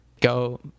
go